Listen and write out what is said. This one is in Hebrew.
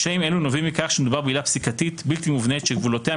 קשיים אלו נובעים מכך שמדובר בעילה פסיקתית בלתי-מובנית שגבולותיה,